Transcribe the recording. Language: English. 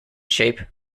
shape